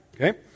Okay